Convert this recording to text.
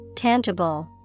Tangible